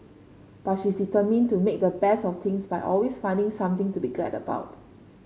but she is determined to make the best of things by always finding something to be glad about